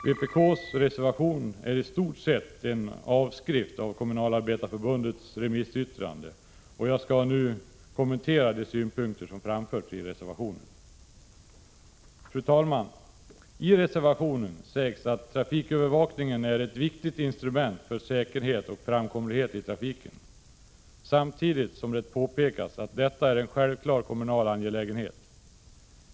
Vpk:s reservation är i stort sett en avskrift av Kommunalarbetareförbundets remissyttrande, och jag skall nu kommentera de synpunkter som framförts i reservationen. Fru talman! I reservationen sägs att trafikövervakning är ett viktigt instrument för säkerhet och framkomlighet i trafiken samtidigt som det påpekas att detta är en självklar kommunal angelägenhet.